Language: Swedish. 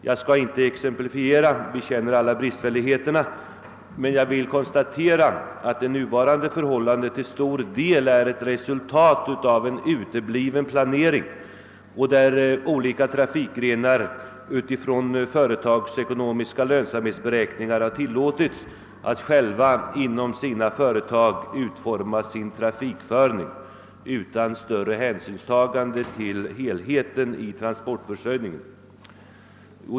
Jag skall inte exemplifiera — vi känner alla bristfälligheterna — men jag vill konstatera att det nuvarande förhållandet till stor del är ett resultat av en utebliven planering, där olika trafikgrenar utifrån företagsekonomiska lönsamhetsberäkningar tillåtits att själva inom sina företag utforma sin trafikföring utan större hänsynstagande till helheten i transportförsörjningen.